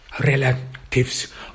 relatives